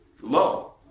low